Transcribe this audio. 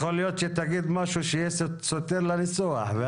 יכול להיות שתגיד משהו שיהיה סותר לניסוח.